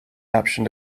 option